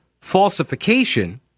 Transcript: falsification